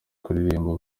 kuririmba